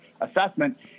assessment